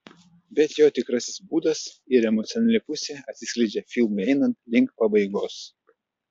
bet jo tikrasis būdas ir emocionali pusė atsiskleidžia filmui einant link pabaigos